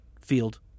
field